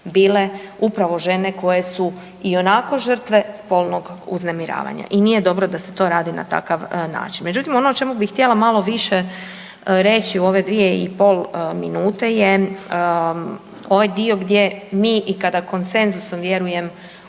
bile upravo žene koje su ionako žrtve spolnog uznemiravanja i nije dobro da se to radi na takav način. Međutim ono o čemu bi htjela malo više reći u ove 2 i pol minute je ovaj dio gdje mi i kada konsenzusom vjerujem